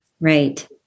right